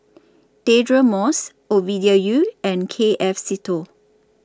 Deirdre Moss Ovidia Yu and K F Seetoh